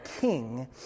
king